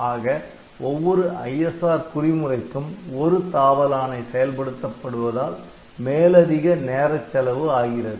ஆக ஒவ்வொரு ISR குறி முறைக்கும் ஒரு தாவல் ஆணை செயல்படுத்தப்படுவதால் மேலதிக நேரச் செலவு ஆகிறது